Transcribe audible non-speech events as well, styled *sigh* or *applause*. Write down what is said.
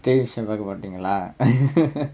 T_V show பாக்க மாட்டிங்கலா:paakka maattingalaa *laughs*